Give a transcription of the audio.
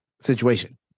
situation